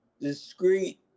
discreet